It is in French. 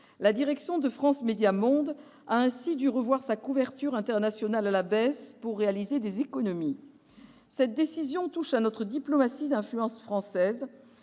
La direction de France Médias Monde a ainsi dû revoir sa couverture internationale à la baisse pour réaliser des économies. Cette décision touche à notre diplomatie d'influence française